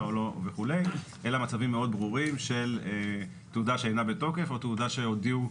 ואת רוצה שאני אתייחס בשתי דקות לסעיף הזה כשעיקר הסעיף נכנס פה